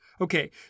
Okay